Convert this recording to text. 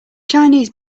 chinese